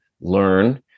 learn